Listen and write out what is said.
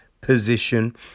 position